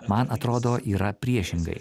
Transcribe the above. man atrodo yra priešingai